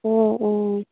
ꯑꯣ ꯑꯣ